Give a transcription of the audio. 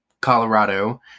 Colorado